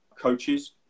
coaches